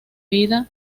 vida